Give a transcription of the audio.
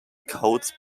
codes